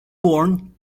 born